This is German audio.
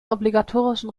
obligatorischen